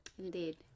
Indeed